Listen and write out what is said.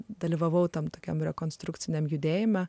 dalyvavau tam tokiam rekonstrukciniam judėjime